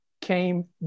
came